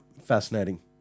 fascinating